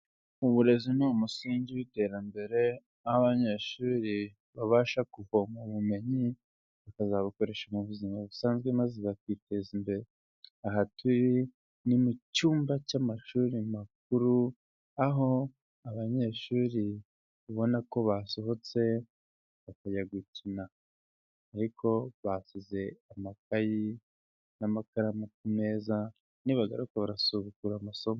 Uburezi ni umusingi w'iterambere, aho abanyeshuri babasha kuvoma ubumenyi bakazabukoresha mu buzima busanzwe maze bakiteza imbere. Aha turi ni mu cyumba cy'amashuri makuru, aho abanyeshuri ubona ko basohotse bakajya gukina ariko basize amakayi n'amakaramu ku meza, nibagaruka barasubukura amasomo.